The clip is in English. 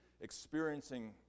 experiencing